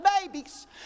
babies